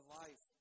life